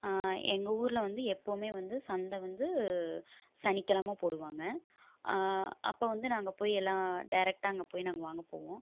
எங்கள் ஊரில் வந்து எப்போவுமே வந்து சந்தை வந்து சனிக்கிழம போடுவாங்க அப்போ வந்து நாங்கள் போய் எல்லாம் டேரெக்ட்டாக அங்கே போய் நாங்கள் வாங்க போவோம்